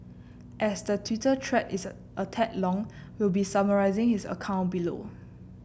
as the Twitter thread is a tad long we'll be summarising his account below